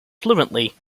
fluently